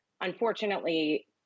Unfortunately